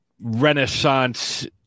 Renaissance